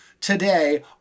today